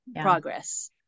progress